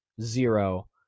Zero